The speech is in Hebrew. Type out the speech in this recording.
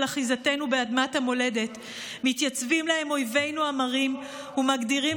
אחיזתנו באדמת המולדת מתייצבים להם אויבינו המרים ומגדירים